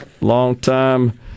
longtime